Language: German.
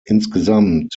insgesamt